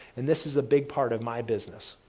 and this is a big part of my business.